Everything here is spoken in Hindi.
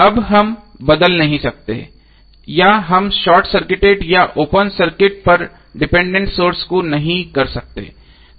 अब हम बदल नहीं सकते हैं या हम शॉर्ट सर्किट या ओपन सर्किट पर डिपेंडेंट सोर्सों को नहीं कर सकते हैं